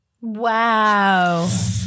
Wow